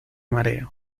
mareo